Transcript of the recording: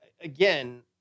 again